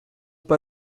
bei